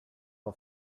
how